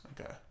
Okay